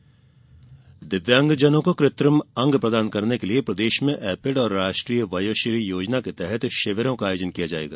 दिव्यांग शिविर दिव्यांगजनों को कृत्रिम अंग प्रदान करने के लिए प्रदेश में एपिड और राष्ट्रीय वयोश्री योजना में शिविरों का आर्योजन किया जाएगा